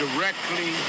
directly